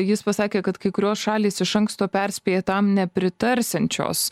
jis pasakė kad kai kurios šalys iš anksto perspėja tam nepritarsiančios